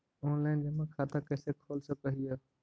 Online जमा खाता कैसे खोल सक हिय?